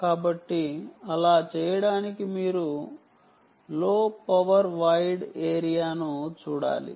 కాబట్టి అలా చేయడానికి మీరు లో పవర్ వైడ్ ఏరియాను చూడాలి